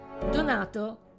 Donato